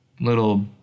Little